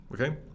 Okay